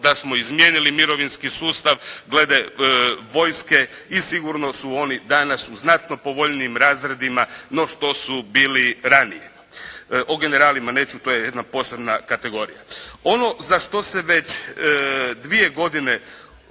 da smo izmijenili mirovinski sustav glede vojske i sigurno su oni danas u znatno povoljnijim razredima no što su bili ranije. O generalima neću, to je jedna posebna kategorija. Ono za što se već dvije godine